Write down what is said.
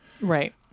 Right